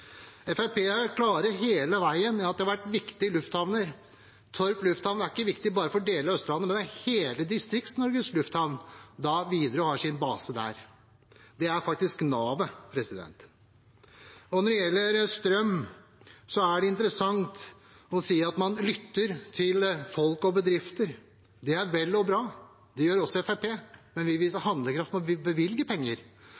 hele veien vært klar på at dette har vært viktige lufthavner. Torp lufthavn er ikke viktig bare for deler av Østlandet, men den er hele Distrikts-Norges lufthavn og har sin base der. Den er faktisk navet. Når det gjelder strøm, er det interessant at man sier at man lytter til folk og bedrifter. Det er vel og bra. Det gjør også Fremskrittspartiet, men vi